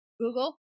Google